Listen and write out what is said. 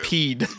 Peed